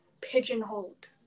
pigeonholed